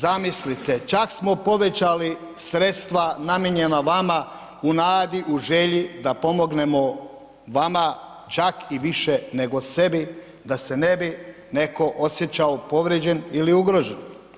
Zamislite, čak smo povećali sredstva namijenjena vama u nadi, u želji da pomognemo vama čak i više nego sebi da se ne bi netko osjećao povrijeđen ili ugrožen.